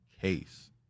case